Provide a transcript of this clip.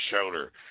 shoulder